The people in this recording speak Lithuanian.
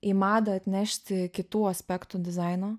į madą atnešti kitų aspektų dizaino